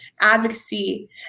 advocacy